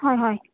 হয় হয়